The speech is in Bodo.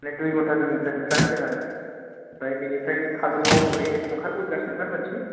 मानि दुइ घन्टा दुइ घन्टा दिपारेन्ट होदों आरो बेहाय बिनिफ्राय खाजलगाव आव ओरैनो ओंखारबोगासिनो ओंखारबोनोसै